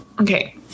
okay